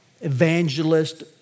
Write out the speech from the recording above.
evangelist